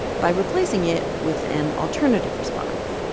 by replacing it with an alternative response,